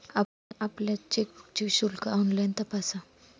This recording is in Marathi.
आपण आपल्या चेकबुकचे शुल्क ऑनलाइन तपासा